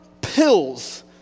pills